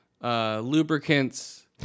Lubricants